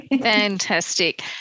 Fantastic